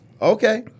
Okay